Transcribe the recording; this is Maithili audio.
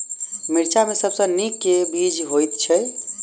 मिर्चा मे सबसँ नीक केँ बीज होइत छै?